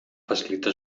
facilita